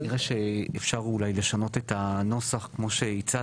נראה שאפשר אולי לשנות את הנוסח כמו שהצעתי,